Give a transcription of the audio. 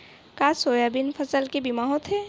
का सोयाबीन फसल के बीमा होथे?